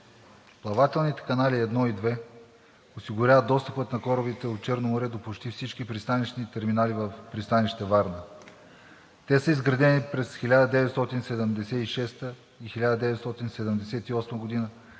Плавателните канали едно и две осигуряват достъпа на корабите от Черно море до почти всички пристанищни терминали в пристанище „Варна“. Те са изградени през 1976 г. и 1978 г. и